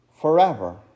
forever